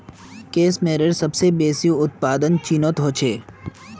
case मेयरेर सबस बेसी उत्पादन चीनत ह छेक